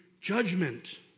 judgment